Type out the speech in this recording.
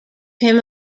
him